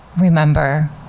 remember